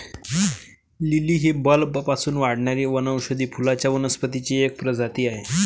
lily ही बल्बपासून वाढणारी वनौषधी फुलांच्या वनस्पतींची एक प्रजाती आहे